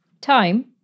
Time